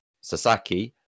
Sasaki